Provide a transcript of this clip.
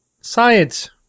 science